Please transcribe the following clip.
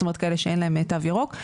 זאת אומרת כאלה שאין להם תו ירוק.